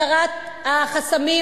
הסרת החסמים